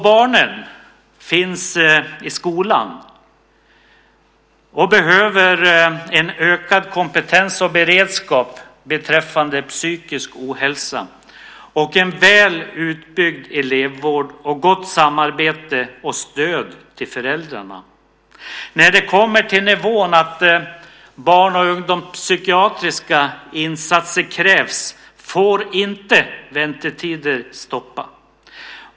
Barnen finns i skolan, och behöver en ökad kompetens och beredskap beträffande psykisk ohälsa, en väl utbyggd elevvård och gott samarbete och stöd till föräldrarna. När det kommer till nivån att barn och ungdomspsykiatriska insatser krävs får inte väntetider stoppa.